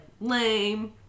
Lame